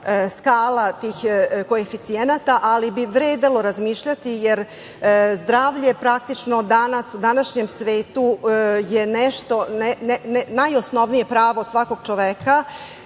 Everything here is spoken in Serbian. skala tih koeficijenata, ali bi vredelo razmišljati, jer zdravlje praktično danas, u današnjem svetu je najosnovnije pravo svakog čoveka